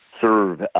serve